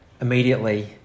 immediately